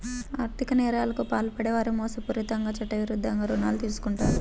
ఆర్ధిక నేరాలకు పాల్పడే వారు మోసపూరితంగా చట్టవిరుద్ధంగా రుణాలు తీసుకుంటారు